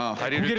i won't let